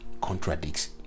contradicts